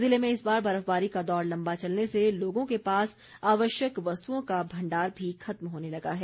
जिले में इस बार बर्फबारी का दौर लम्बा चलने से लोगों के पास अवश्यक वस्तुओं का भंडार भी खत्म होने लगा है